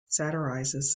satirizes